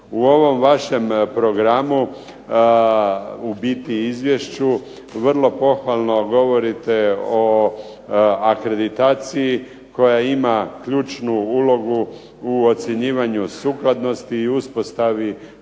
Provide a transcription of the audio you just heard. U ovom vašem programu u biti izvješću vrlo pohvalno govorite o akreditaciji koja ima ključnu ulogu u ocjenjivanju sukladnosti i uspostavi povjerenja